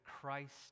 Christ